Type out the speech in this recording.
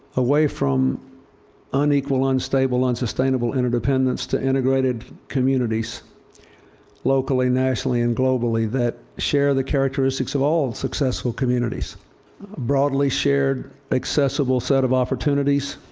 away from unequal, unstable, unsustainable interdependence to integrated communities locally, nationally and globally that share the characteristics of all successful communities a broadly shared, accessible set of opportunities,